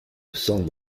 são